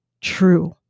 true